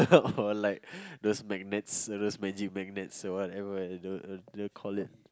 or like those magnets like those magic magnets or whatever they the call it